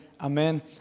amen